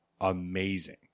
amazing